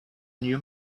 new